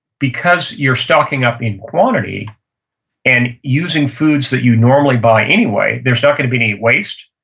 because you're stocking up in quantity and using foods that you normally buy anyway, there's not going to be any waste.